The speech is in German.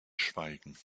schweigen